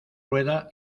rueda